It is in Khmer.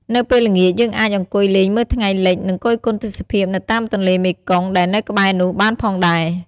នៅពេលល្ងាចយើងអាចអង្គុយលេងមើលថ្ងៃលិច និងគយគន់ទេសភាពនៅតាមទន្លេមេគង្គ ដែលនៅក្បែរនោះបានផងដែរ ។